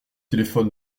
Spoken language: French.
téléphone